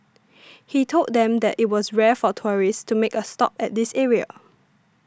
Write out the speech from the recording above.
he told them that it was rare for tourists to make a stop at this area